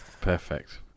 Perfect